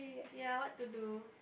ya what to do